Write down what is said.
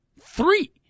three